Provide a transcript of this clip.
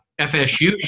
FSU